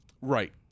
Right